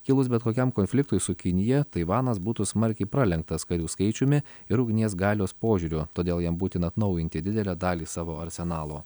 kilus bet kokiam konfliktui su kinija taivanas būtų smarkiai pralenktas karių skaičiumi ir ugnies galios požiūriu todėl jam būtina atnaujinti didelę dalį savo arsenalo